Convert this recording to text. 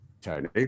Tony